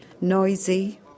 noisy